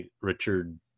Richard